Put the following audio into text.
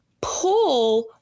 pull